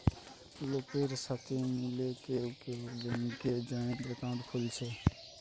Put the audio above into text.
লোকের সাথে মিলে কেউ কেউ ব্যাংকে জয়েন্ট একাউন্ট খুলছে